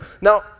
Now